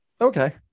Okay